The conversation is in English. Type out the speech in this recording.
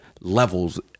levels